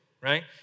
right